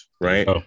Right